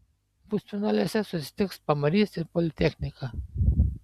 pusfinaliuose susitiks pamarys ir politechnika